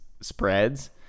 spreads